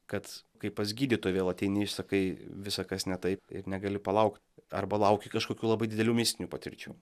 kad kai pas gydytoją vėl ateini išsakai visa kas ne taip ir negali palaukt arba lauki kažkokių labai didelių mistinių patirčių